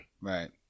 right